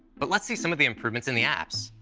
but let's see some of the improvements in the apps,